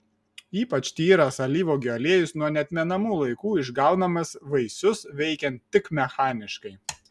ypač tyras alyvuogių aliejus nuo neatmenamų laikų išgaunamas vaisius veikiant tik mechaniškai